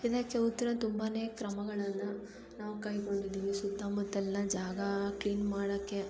ಇದಕ್ಕೆ ಉತ್ತರ ತುಂಬಾ ಕ್ರಮಗಳನ್ನು ನಾವು ಕೈಗೊಂಡಿದ್ದೀವಿ ಸುತ್ತಮುತ್ತಲಿನ ಜಾಗ ಕ್ಲೀನ್ ಮಾಡಕ್ಕೆ